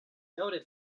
noted